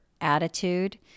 attitude